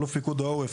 אלוף פיקוד העורף